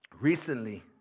Recently